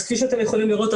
אז כפי שאתם יכולים לראות,